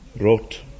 wrote